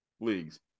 leagues